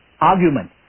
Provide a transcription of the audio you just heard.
argument